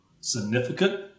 significant